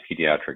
pediatric